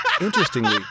Interestingly